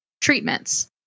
treatments